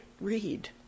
read